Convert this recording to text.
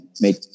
make